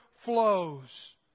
flows